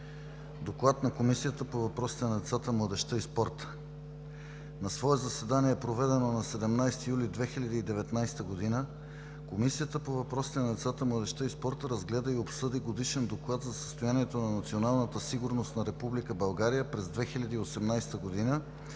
„ДОКЛАД на Комисията по въпросите на децата, младежта и спорта На свое заседание, проведено на 17 юли 2019 г., Комисията по въпросите на децата, младежта и спорта разгледа и обсъди Годишен доклад за състоянието на националната сигурност на Република България през 2018 г.,